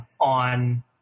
on